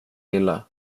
ville